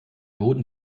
boden